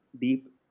deep